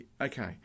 okay